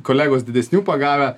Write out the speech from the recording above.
kolegos didesnių pagavę